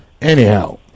Anyhow